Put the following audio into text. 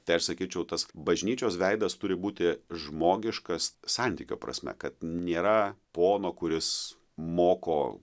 tai aš sakyčiau tas bažnyčios veidas turi būti žmogiškas santykio prasme kad nėra pono kuris moko